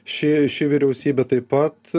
ši ši vyriausybė taip pat